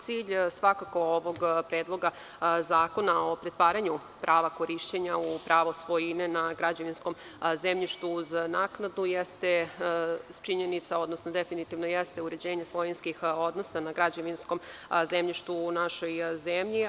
Cilj svakako ovog Predloga zakona o pretvaranju prava korišćenja u pravo svojine na građevinskom zemljištu za naknadu jeste činjenica, odnosno definitivno jeste uređenje svojinskih odnosa na građevinskom zemljištu u našoj zemlji.